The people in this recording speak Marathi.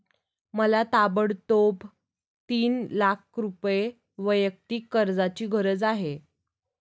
मला ताबडतोब तीन लाख रुपये वैयक्तिक कर्जाची गरज आहे